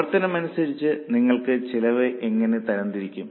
പ്രവർത്തനം അനുസരിച്ച് നിങ്ങൾ ചെലവ് എങ്ങനെ തരംതിരിക്കും